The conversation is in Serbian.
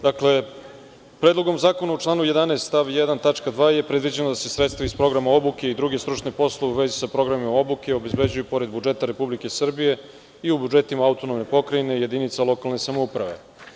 Dakle, Predlogom zakona u članu 11. stav 1. tačka 2. je predviđeno da se sredstva iz Programa obuke i druge stručne poslove u vezi sa programima obuke obezbeđuju, pored budžeta Republike Srbije, i u budžetima AP jedinica lokalne samouprave.